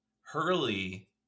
Hurley